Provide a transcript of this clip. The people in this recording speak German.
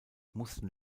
mussten